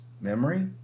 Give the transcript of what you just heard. memory